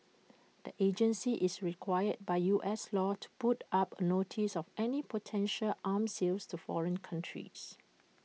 the agency is required by U S law to put up A notice of any potential arm sales to foreign countries